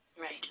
right